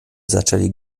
zaczęli